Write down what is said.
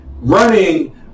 Running